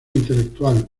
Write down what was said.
intelectual